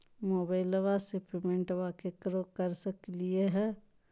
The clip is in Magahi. मोबाइलबा से पेमेंटबा केकरो कर सकलिए है?